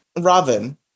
Robin